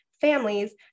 families